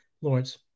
Lawrence